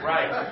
Right